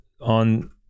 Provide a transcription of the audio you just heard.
on